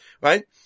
right